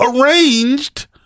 arranged